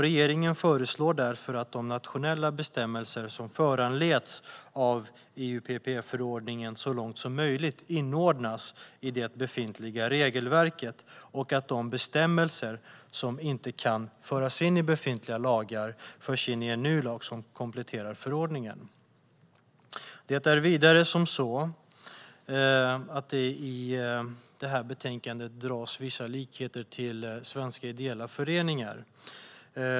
Regeringen föreslår därför att de nationella bestämmelser som föranleds av EUPP-förordningen så långt som möjligt inordnas i det befintliga regelverket och att de bestämmelser som inte kan föras in i befintliga lagar förs in i en ny lag som kompletterar förordningen. I betänkandet dras vissa paralleller till svenska ideella föreningar.